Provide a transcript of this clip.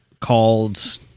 called